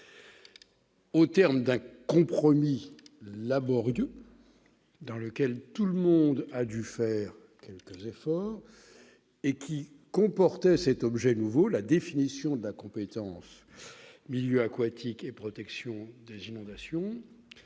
au terme d'un compromis laborieux, pour lequel tout le monde a dû faire quelques efforts, ce texte comportait cet objet nouveau : la définition de la compétence relative aux milieux aquatiques et à la protection des inondations.